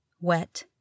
wet